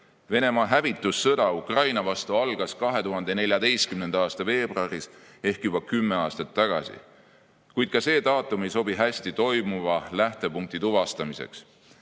Venemaa hävitussõda Ukraina vastu algas 2014. aasta veebruaris ehk juba 10 aastat tagasi. Kuid ka see daatum ei sobi hästi toimuva lähtepunkti tuvastamiseks. Kui